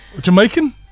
Jamaican